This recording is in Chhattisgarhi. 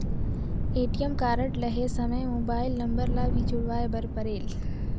ए.टी.एम कारड लहे समय मोबाइल नंबर ला भी जुड़वाए बर परेल?